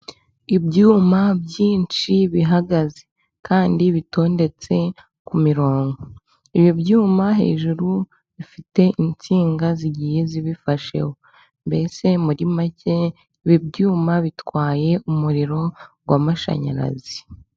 Ibyuma byinshi bihagaze kandi bitondetse ku mirongo, ibi byuma hejuru bifite insinga zigiye zibifasheho ,mbese muri make ibi byuma bitwaye umuriro w'amashanyarazi.